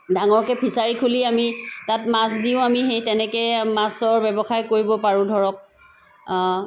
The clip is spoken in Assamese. ডাঙৰকৈ ফিছাৰী খুলি আমি তাত মাছ দিও আমি সেই তেনেকৈ মাছৰ ব্যৱসায় কৰিব পাৰো ধৰক